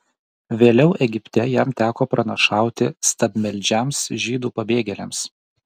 vėliau egipte jam teko pranašauti stabmeldžiams žydų pabėgėliams